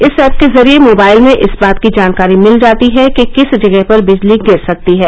इस ऐप के जरिए मोबाइल में इस बात की जानकारी मिल जाती है कि किस जगह पर बिजली गिर सकती है